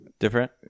Different